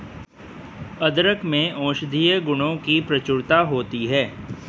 अदरक में औषधीय गुणों की प्रचुरता होती है